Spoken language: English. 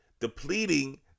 depleting